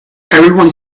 everyone